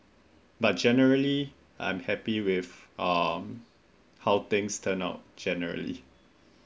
but generally I'm happy with um how things turn out generally